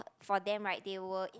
for them right they were